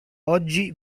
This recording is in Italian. oggi